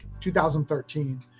2013